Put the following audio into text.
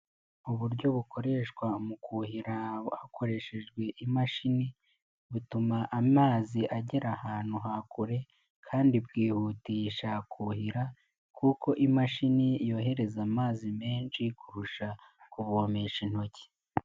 Uburyo bukoreshwa mu kuhira hakoreshejwe imashini, butuma amazi agera ahantu ha kure kandi bwihutisha kuhira kuko imashini yohereza amazi menshi kurusha kuvomesha intoki.